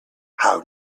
how